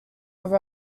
over